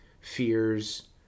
fears